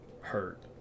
hurt